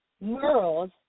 murals